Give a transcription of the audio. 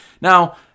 now